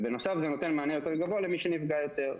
בנוסף, זה נותן מענה יותר גבוה למי שנפגע יותר.